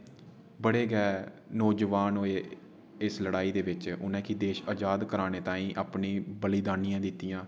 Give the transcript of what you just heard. बड़े गै नौजवान होए इस लड़ाई दे बिच उ'ने की देश अजाद कराने ताईं अपनी बलिदानियां दित्तियां